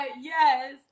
yes